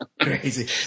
crazy